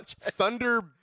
Thunder